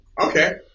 Okay